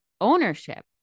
ownership